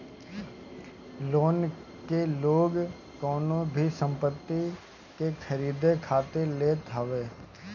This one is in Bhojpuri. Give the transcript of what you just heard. लोन के लोग कवनो भी संपत्ति के खरीदे खातिर लेत हवे